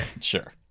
Sure